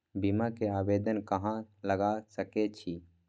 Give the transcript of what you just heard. बीमा के आवेदन कहाँ लगा सके छी?